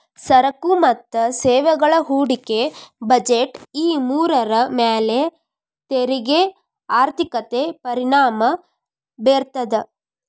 ಸರಕು ಮತ್ತ ಸೇವೆಗಳ ಹೂಡಿಕೆ ಬಜೆಟ್ ಈ ಮೂರರ ಮ್ಯಾಲೆ ತೆರಿಗೆ ಆರ್ಥಿಕತೆ ಪರಿಣಾಮ ಬೇರ್ತದ